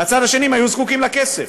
ומצד שני הם היו זקוקים לכסף.